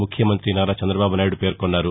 ముఖ్యమంతి నారా చందబాబునాయుడు పేర్కొన్నారు